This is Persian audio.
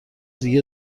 دیگه